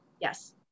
Yes